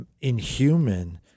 inhuman